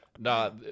No